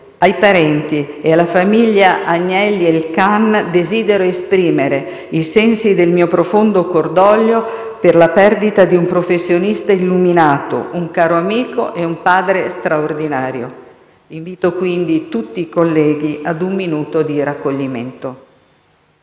Ai parenti e alla famiglia Agnelli Elkann desidero esprimere i sensi del mio profondo cordoglio per la perdita di un professionista illuminato, un caro amico e un padre straordinario. Invito quindi tutti i colleghi ad osservare un minuto di raccoglimento.